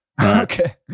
Okay